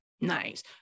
Nice